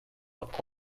not